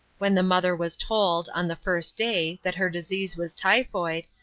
when the mother was told on the first day that her disease was typhoid,